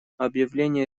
объявление